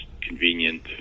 convenient